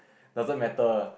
doesn't matter